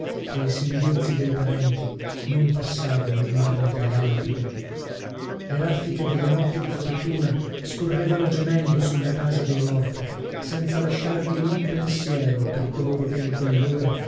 e i singhiozzi dei parenti non passavano il marmo della lapide le raffiche delle notti di fortuna scorrevano gemendo sulla casa dei morti senza lasciarvi un pensiero per coloro che in quellora